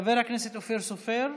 חבר הכנסת אופיר סופר,